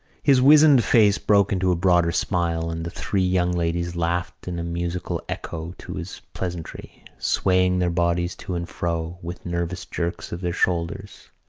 his wizened face broke into a broader smile, and the three young ladies laughed in musical echo to his pleasantry, swaying their bodies to and fro, with nervous jerks of their shoulders.